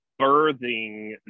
birthing